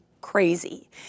crazy